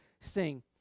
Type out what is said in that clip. sing